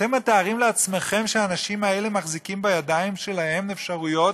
אתם מתארים לעצמכם שהאנשים האלה מחזיקים בידיים שלהם אפשרויות,